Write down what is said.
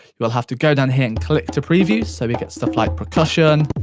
we'll have to go down here and click to preview. so, we get stuff like percussion,